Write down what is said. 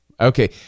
okay